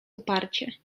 uparcie